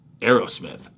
Aerosmith